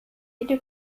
jede